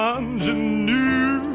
ingenue